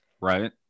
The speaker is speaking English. Right